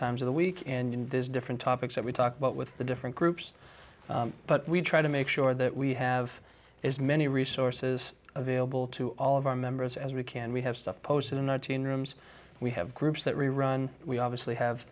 times of the week and there's different topics that we talk about with the different groups but we try to make sure that we have as many resources available to all of our members as we can we have stuff posted in nineteen rooms we have groups that we run we obviously have